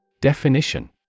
Definition